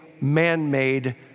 man-made